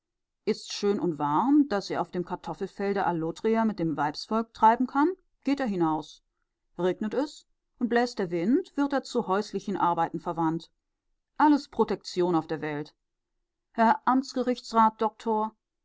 ist's schön und warm daß er auf dem kartoffelfelde allotria mit dem weibsvolk treiben kann geht er hinaus regnet es und bläst der wind wird er zu häuslichen arbeiten verwandt alles protektion auf der welt herr amtsgerichtsrat